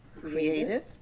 Creative